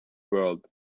world